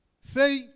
Say